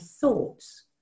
thoughts